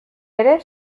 ere